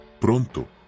Pronto